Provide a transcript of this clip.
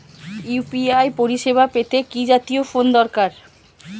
UPI পরিসেবা পেতে কি জাতীয় ফোন দরকার?